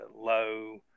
low